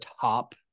top